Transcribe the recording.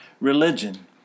religion